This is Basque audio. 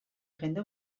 jende